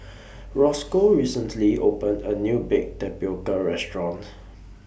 Roscoe recently opened A New Baked Tapioca Restaurant